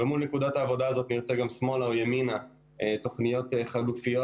ומול נקודת העבודה הזו נרצה גם שמאלה או ימינה תוכניות חלופות,